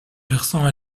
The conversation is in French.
versant